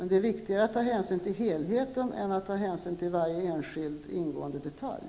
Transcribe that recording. Det är viktigare att ta hänsyn till helheten än att ta hänsyn till varje enskilt ingående detalj.